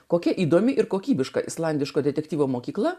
kokia įdomi ir kokybiška islandiško detektyvo mokykla